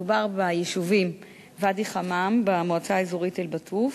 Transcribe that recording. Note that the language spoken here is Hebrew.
מדובר ביישובים ואדי-חמאם במועצה האזורית אל-בטוף,